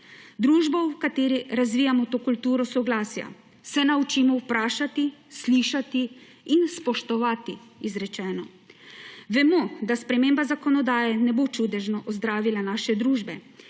Družbo, v kateri razvijamo to kulturo soglasja, se naučimo vprašati, slišati in spoštovati izrečeno. Vemo, da sprememba zakonodaje ne bo čudežno ozdravila naše družbe